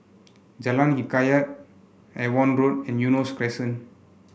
Jalan Hikayat Avon Road and Eunos Crescent